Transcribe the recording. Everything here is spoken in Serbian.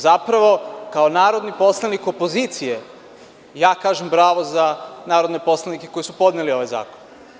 Zapravo, kao narodni poslanik opozicije, ja kažem bravo za narodne poslanike koji su podneli ovaj zakon.